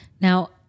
Now